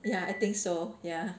ya I think so ya